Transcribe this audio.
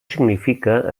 significa